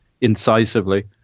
incisively